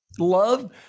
love